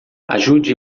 ajude